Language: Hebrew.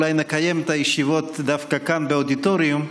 אולי נקיים את הישיבות דווקא כאן באודיטוריום.